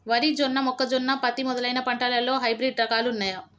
వరి జొన్న మొక్కజొన్న పత్తి మొదలైన పంటలలో హైబ్రిడ్ రకాలు ఉన్నయా?